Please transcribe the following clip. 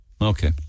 Okay